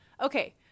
okay